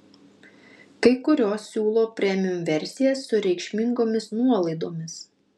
kai kurios siūlo premium versijas su reikšmingomis nuolaidomis